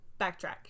Backtrack